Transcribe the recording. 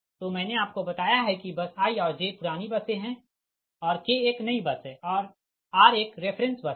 तो मैंने आपको बताया है कि बस i और j पुरानी बसें है और k एक नई बस है और r एक रेफ़रेंस बस है